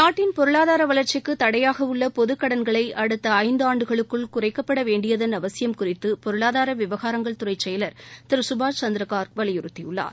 நாட்டின் பொருளாதார வளா்ச்சிக்கு தடையாக உள்ள பொதுக் கடன்களை அடுத்த ஐந்தாண்டுகளுக்குள் குறைக்கப்பட வேண்டியதன் அவசியம் குறித்து பொருளாதார விவகாரங்கள்துறை செயலர் திரு சுபாஷ் சந்திர கார்க் வலியுறுத்தியுள்ளார்